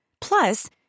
Plus